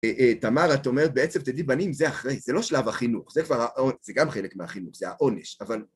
תמר, את אומרת בעצם, תדעי, בנים, זה אחרי, זה לא שלב החינוך, זה כבר, זה גם חלק מהחינוך, זה העונש, אבל...